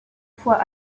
fois